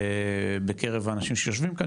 בקרב האנשים שיושבים כאן,